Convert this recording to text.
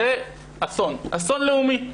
זה אסון לאומי.